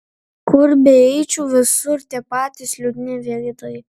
kur beeičiau visur tie patys liūdni veidai